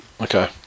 Okay